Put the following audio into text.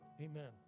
Amen